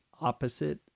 opposite